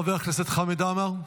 חבר הכנסת חמד עמאר,